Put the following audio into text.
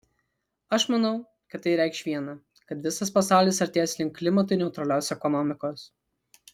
aš manau kad tai reikš viena kad visas pasaulis artės link klimatui neutralios ekonomikos